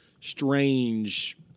strange